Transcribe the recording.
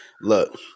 look